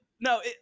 No